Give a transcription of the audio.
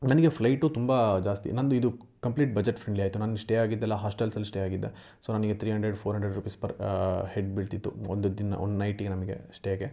ನನಗೆ ಫ್ಲೈಟು ತುಂಬ ಜಾಸ್ತಿ ನಂದು ಇದು ಕಂಪ್ಲೀಟ್ ಬಜೆಟ್ ಫ್ರೆಂಡ್ಲಿ ಆಯಿತು ನಾನು ಸ್ಟೇ ಆಗಿದ್ದೆಲ್ಲ ಹಾಸ್ಟೆಲ್ಸಲ್ಲಿ ಸ್ಟೇ ಆಗಿದ್ದೆ ಸೊ ನನಗೆ three hundred four hundred rupees per head ಬೀಳ್ತಿತ್ತು ಒಂದು ದಿನ ಒಂದು ನೈಟಿಗೆ ನನಗೆ ಸ್ಟೇಗೆ